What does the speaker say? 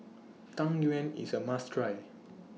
Tang Yuen IS A must Try